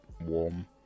warm